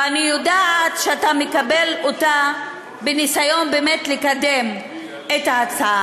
ואני יודעת שאתה מקבל אותה בניסיון באמת לקדם את ההצעה.